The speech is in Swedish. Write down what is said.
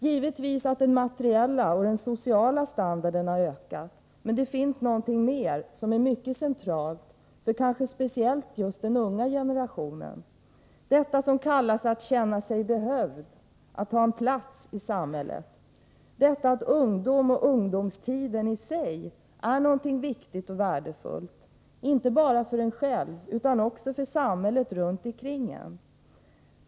Givetvis att den materiella och sociala standarden har ökat — men det finns något mer som är mycket centralt, kanske speciellt för den unga generationen. Detta som kallas att känna sig behövd, att ha en plats i samhället. Detta att ungdomen och ungdomstiden i sig är något viktigt och värdefullt — inte bara för en själv utan också för samhället runt omkring en.